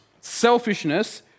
Selfishness